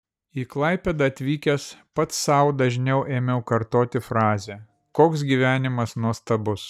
į klaipėdą atvykęs pats sau dažniau ėmiau kartoti frazę koks gyvenimas nuostabus